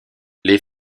les